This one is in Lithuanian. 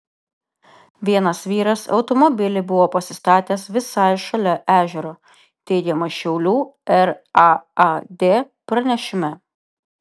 vienas vyras automobilį buvo pasistatęs visai šalia ežero teigiama šiaulių raad pranešime